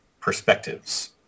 perspectives